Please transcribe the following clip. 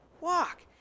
walk